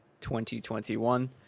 2021